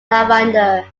lavender